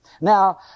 Now